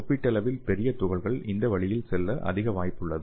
ஒப்பீட்டளவில் பெரிய துகள்கள் இந்த வழியில் செல்ல அதிக வாய்ப்புள்ளது